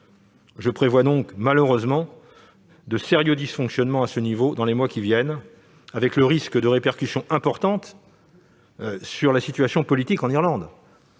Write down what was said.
Je prévois malheureusement de sérieux dysfonctionnements dans les mois qui viennent avec le risque de répercussions importantes sur la situation politique en Irlande-